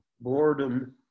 boredom